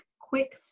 quick